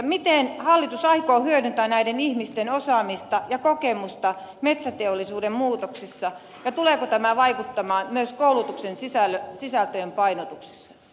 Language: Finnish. miten hallitus aikoo hyödyntää näiden ihmisten osaamista ja kokemusta metsäteollisuuden muutoksissa ja tuleeko tämä vaikuttamaan myös koulutuksen sisältöjen painotuksissa